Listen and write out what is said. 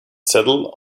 settled